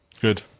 Good